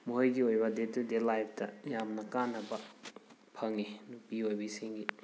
ꯃꯣꯏꯒꯤ ꯑꯣꯏꯕ ꯗꯦ ꯇꯦꯗꯦ ꯂꯥꯏꯐꯇ ꯌꯥꯝꯅ ꯀꯥꯟꯅꯕ ꯐꯪꯉꯤ ꯅꯨꯄꯤ ꯑꯣꯏꯕꯤꯁꯤꯡꯒꯤ